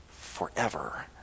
forever